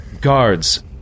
guards